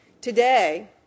Today